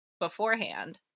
beforehand